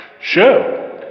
Sure